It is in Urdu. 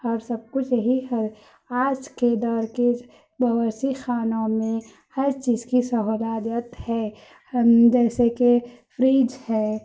اور سب کچھ یہی ہے آج کے دور کے باورچی خانوں میں ہر چیز کی سہولیت ہے جیسے کہ فریج ہے